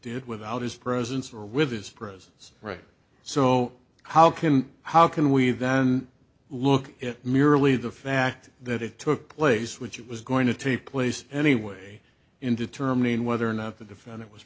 did without his presence or with his presence right so how can how can we then look at merely the fact that it took place which was going to take place anyway in determining whether or not the defendant was